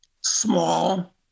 small